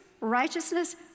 righteousness